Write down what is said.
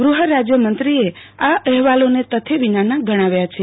ગ્રહરાજયમંત્રીએ આ અહેવાલોને તથ્ય વિનાનાં ગણાવ્યા છે